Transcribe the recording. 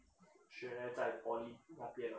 学的在 poly 那边